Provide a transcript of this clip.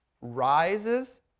rises